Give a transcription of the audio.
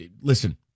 Listen